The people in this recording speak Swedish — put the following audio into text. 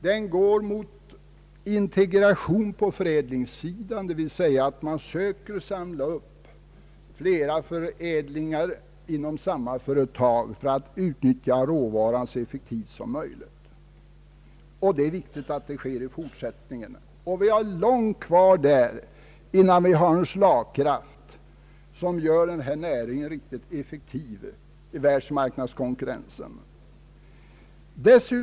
Den går mot en integration på förädlingssidan, d.v.s. att man där söker samla upp flera förädlingar inom samma företag för att utnyttja råvaran så effektivt som möjligt. Det är viktigt att så också sker i fortsättningen. Det dröjer länge innan denna näring har fått en slagkraft som gör den betryggande effektiv i världsmarknadskonkurrensen.